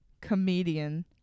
comedian